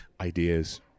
ideas